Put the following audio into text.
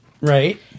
Right